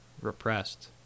repressed